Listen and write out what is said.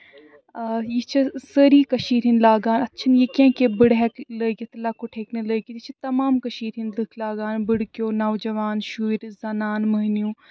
یہِ چھِ سٲری کٔشیٖرِ ہِنٛدۍ لاگان اَتھ چھِنہٕ یہِ کیٚنہہ کہِ بٕڑٕ ہٮ۪کہِ لٲگِتھ تہٕ لۄکُٹ ہیٚکہِ نہٕ لٲگِتھ یہِ چھِ تَمام کٔشیٖرِ ہِنٛدۍ لُکھ لاگان بٕڑٕکیو نَوجَوان شُرۍ زَنان مٔہنیوٗ